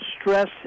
stress